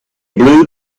blue